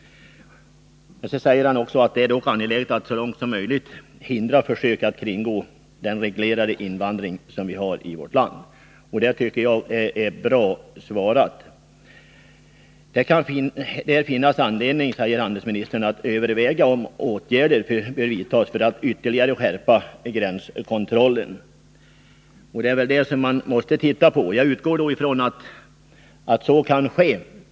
Sedan säger handelsministern: ”Det är dock angeläget att så långt det är möjligt hindra försök att kringgå den reglerade invandring som vi har i vårt land.” Det tycker jag är bra svarat. ”Det kan därför finnas anledning”, säger handelsministern vidare, ”att överväga om åtgärder bör vidtas för att ytterligare skärpa gränskontrollen.” Det är väl det man måste titta på. Jag utgår ifrån att så kan ske.